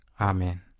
Amen